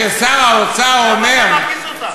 שעמדה על כך במשא-ומתן,